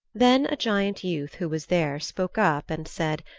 then a giant youth who was there spoke up and said,